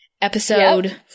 episode